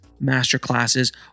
masterclasses